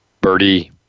birdie